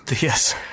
yes